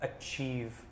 Achieve